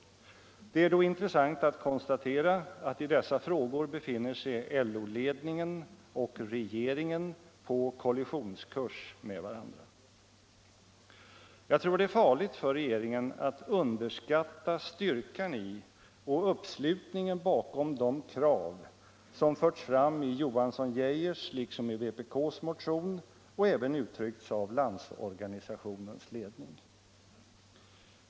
Det är då intressant att konstatera att i dessa frågor befinner sig LO-ledningen och regeringen på kollisionskurs med varandra. Jag tror det är farligt för regeringen att underskatta styrkan i och uppslutningen bakom de krav som förts fram i Johansson-Geijers liksom i vpk:s motion och även uttryckts av Landsorganisationens ledning.